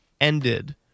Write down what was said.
ended